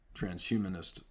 transhumanist